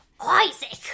Isaac